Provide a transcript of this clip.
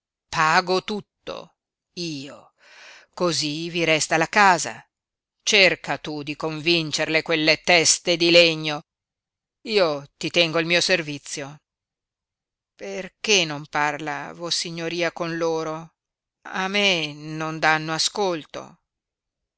pago tutto io cosí vi resta la casa cerca tu di convincerle quelle teste di legno io ti tengo al mio servizio perché non parla vossignoria con loro a me non danno ascolto